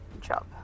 job